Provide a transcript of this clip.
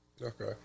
Okay